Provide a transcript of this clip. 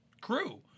crew